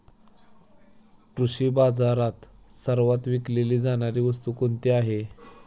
कृषी बाजारात सर्वात विकली जाणारी वस्तू कोणती आहे?